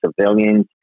civilians